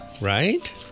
Right